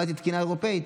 הצמדתי תקינה אירופית.